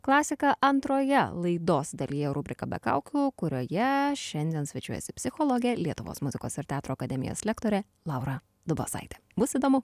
klasika antroje laidos dalyje rubrika be kaukių kurioje šiandien svečiuojasi psichologė lietuvos muzikos ir teatro akademijos lektorė laura dubosaitė bus įdomu